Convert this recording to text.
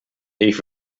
ich